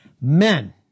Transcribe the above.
men